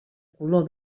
color